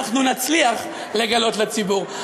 אנחנו נצליח לגלות לציבור.